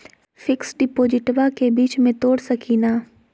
Fix डिपोजिटबा के बीच में तोड़ सकी ना?